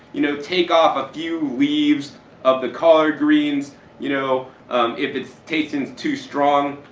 you know take off a few leaves of the collard greens you know if it's tasting too strong.